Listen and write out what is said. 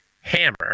hammer